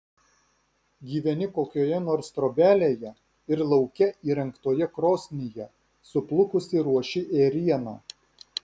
gyveni kokioje nors trobelėje ir lauke įrengtoje krosnyje suplukusi ruoši ėrieną